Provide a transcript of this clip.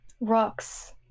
Rocks